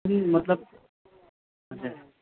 अँ मतलब हजुर